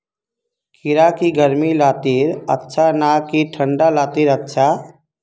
खीरा की गर्मी लात्तिर अच्छा ना की ठंडा लात्तिर अच्छा?